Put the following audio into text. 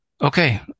Okay